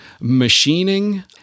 machining